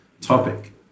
topic